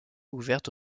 ouverte